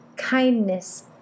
kindness